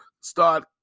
start